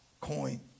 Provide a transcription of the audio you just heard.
coin